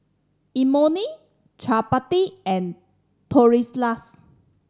Imoni Chapati and Tortillas